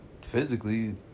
physically